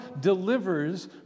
delivers